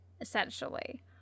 essentially